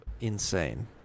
insane